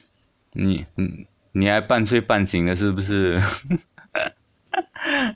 你你还半睡半醒的是不是